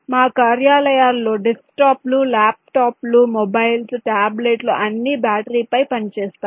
మా కార్యాలయాలలో డెస్క్టాప్లు ల్యాప్టాప్లు మొబైల్స్ టాబ్లెట్లు అన్నీ బ్యాటరీలపై పనిచేస్తాయి